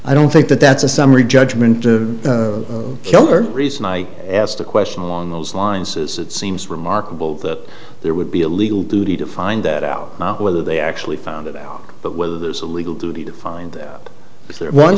i don't think that that's a summary judgment or reason i asked the question along those lines is it seems remarkable that there would be a legal duty to find that out not whether they actually found it out but whether there's a legal duty to find